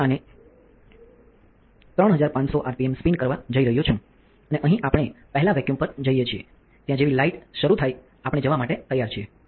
હું આને 3500 RPM spin કરવા જઇ રહ્યો છું અને અહીં આપણે પહેલા વેક્યૂમ પર જઇએ છીએ ત્યાં જેવી લાઈટ શરૂ થાય આપણે જવા માટે તૈયાર છીએ